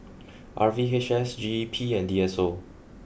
R V H S G E P and D S O